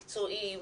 מקצועי,